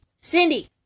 Cindy